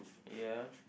ya